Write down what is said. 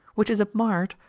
which is admired,